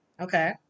Okay